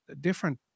different